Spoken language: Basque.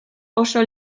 oso